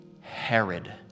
Herod